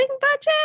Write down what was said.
budget